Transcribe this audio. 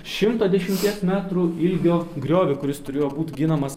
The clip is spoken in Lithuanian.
šimto dešimties metrų ilgio griovį kuris turėjo būt ginamas